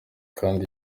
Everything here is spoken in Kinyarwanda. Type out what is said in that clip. kandi